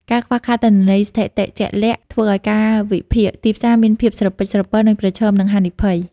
ការខ្វះខាតទិន្នន័យស្ថិតិជាក់លាក់ធ្វើឱ្យការវិភាគទីផ្សារមានភាពស្រពិចស្រពិល និងប្រឈមនឹងហានិភ័យ។